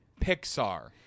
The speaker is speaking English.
Pixar